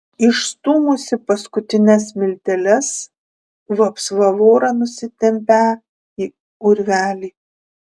išstūmusi paskutines smilteles vapsva vorą nusitempią į urvelį